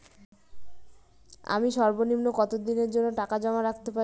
আমি সর্বনিম্ন কতদিনের জন্য টাকা জমা রাখতে পারি?